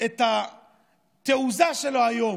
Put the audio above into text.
את התעוזה שלו היום,